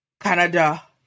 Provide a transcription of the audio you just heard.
Canada